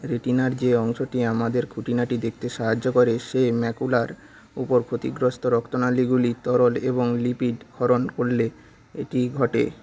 রেটিনার যে অংশটি আমাদের খুঁটিনাটি দেখতে সাহায্য করে সেই ম্যাকুলার উপর ক্ষতিগ্রস্ত রক্তনালীগুলি তরল এবং লিপিড ক্ষরণ করলে এটি ঘটে